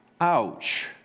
Ouch